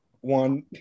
one